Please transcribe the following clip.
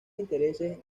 intereses